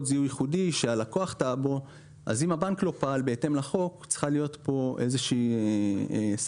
זיהוי ייחודי שהלקוח טעה בו צריכה להיות כאן איזושהי סנקציה.